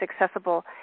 accessible